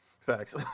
Facts